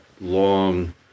long